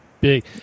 Big